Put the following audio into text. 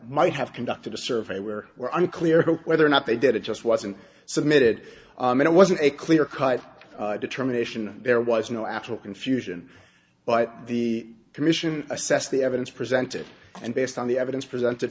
might have conducted a survey where were unclear whether or not they did it just wasn't submitted it wasn't a clear cut determination there was no actual confusion but the commission assessed the evidence presented and based on the evidence presented